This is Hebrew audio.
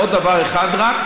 ועוד דבר אחד: